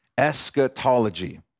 eschatology